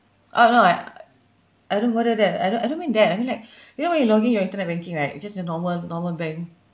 oh no I I don't bother that I don't I don't mean that I mean like you know when you log in your internet banking right it's just a normal normal bank